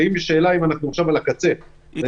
ואם יש שאלה אם אנחנו עכשיו על הקצה -- איתמר,